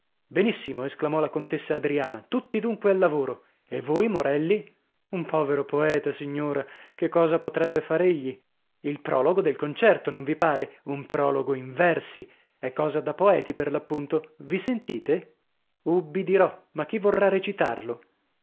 benissimo esclamò la contessa adriana tutti dunque a lavoro e voi morelli un povero poeta signora che cosa potrebbe far egli il prologo del concerto non vi pare un prologo in versi è cosa da poeti per l'appunto vi sentite ubbidirò ma chi vorrà recitarlo